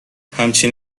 همچین